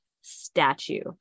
statue